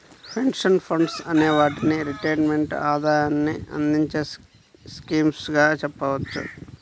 pension funds అనే వాటిని retirement ఆదాయాన్ని అందించే స్కీమ్స్ గా చెప్పవచ్చు